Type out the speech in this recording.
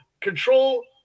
control